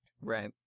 Right